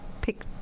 pick